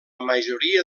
majoria